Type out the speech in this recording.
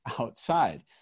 outside